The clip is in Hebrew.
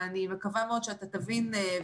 ואני מקווה מאוד שאתה תבין.